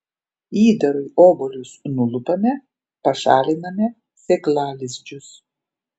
įdarui obuolius nulupame pašaliname sėklalizdžius